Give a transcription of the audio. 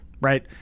Right